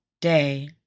day